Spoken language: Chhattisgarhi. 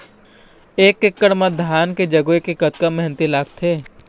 एक एकड़ म धान के जगोए के कतका मेहनती लगथे?